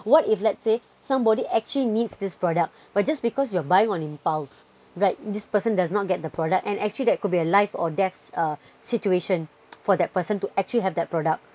what if let's say somebody actually needs this product but just because you're buying on impulse right this person does not get the product and actually that could be a life or death uh situation for that person to actually have that product